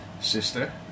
sister